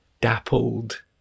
dappled